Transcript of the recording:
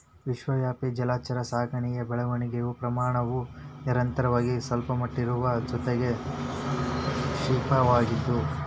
ವಿಶ್ವವ್ಯಾಪಿ ಜಲಚರ ಸಾಕಣೆಯ ಬೆಳವಣಿಗೆಯ ಪ್ರಮಾಣವು ನಿರಂತರವಾಗಿ ಸಲ್ಪಟ್ಟಿರುವುದರ ಜೊತೆಗೆ ಕ್ಷಿಪ್ರವಾಗಿದ್ದು